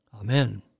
Amen